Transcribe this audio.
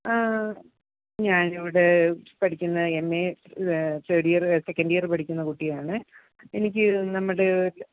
ആ ഞാനിവിടെ പഠിക്കുന്ന M A third year second year പഠിക്കുന്ന കുട്ടിയാണ് എനിക്ക് നമ്മുടെ ഒരു